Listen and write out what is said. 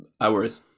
Hours